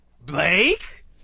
Blake